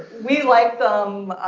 we liked them.